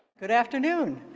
good afternoon.